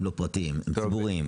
הם לא פרטיים הם ציבוריים.